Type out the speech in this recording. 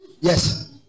yes